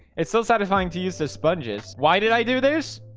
it's so satisfying to use the sponges. why did i do this?